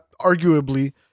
arguably